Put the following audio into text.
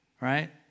right